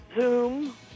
Zoom